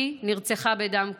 היא נרצחה בדם קר.